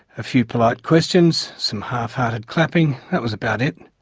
a few polite questions, some half-hearted clapping, that was about it.